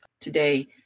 today